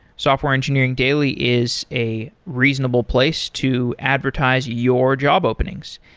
software engineering daily is a reasonable place to advertise your job openings.